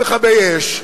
פעם זה בגלל מכבי-אש,